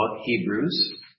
Hebrews